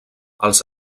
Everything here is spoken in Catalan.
els